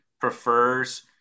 prefers